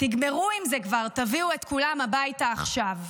תגמרו עם זה כבר, תביאו את כולם הביתה עכשיו.